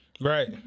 Right